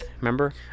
remember